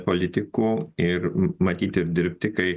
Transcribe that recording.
politiku ir matyti ir dirbti kai